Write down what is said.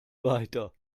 weiter